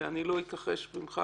אני לא אכחש ממך